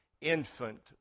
infant